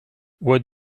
what